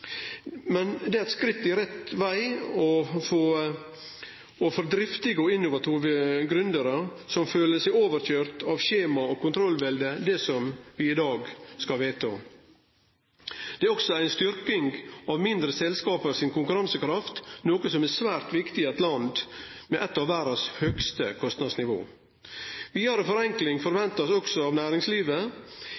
Men det er eit skritt i rett lei for driftige og innovative gründerar som føler seg overkjørte av skjema og kontrollveldet, det som vi i dag skal vedta. Det er også ei styrking av mindre selskap si konkurransekraft, noko som er svært viktig i eit land med eit av verdas høgste kostnadsnivå. Vidare forenkling